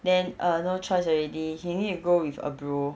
then uh no choice already you need to go with a bro